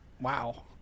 Wow